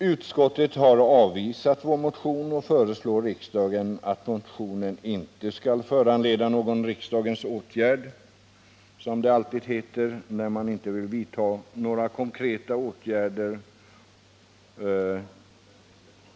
Utskottet har avvisat vår motion och föreslår riksdagen att motionen inte skall föranleda någon riksdagens åtgärd — som det alltid heter när man inte vill vidta några konkreta åtgärder.